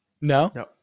no